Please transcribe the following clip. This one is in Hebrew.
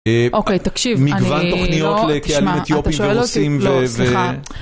אוקיי, תקשיב, אני לא, תשמע, אתה שואל אותי, לא, סליחה.